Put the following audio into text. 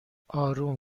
اروم